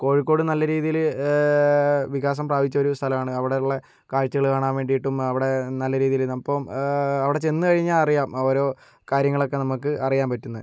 കോഴിക്കോട് നല്ല രീതിയില് വികാസം പ്രാപിച്ചൊരു സ്ഥലമാണ് അവിടുള്ള കാഴ്ചകള് കാണാൻ വേണ്ടിയിട്ടും അവിടെ നല്ല രീതിയില് ഇപ്പം അവിടെ ചെന്ന് കഴിഞ്ഞാൽ അറിയാം ഓരോ കാര്യങ്ങളൊക്കെ നമ്മക്ക് അറിയാൻ പറ്റുന്നത്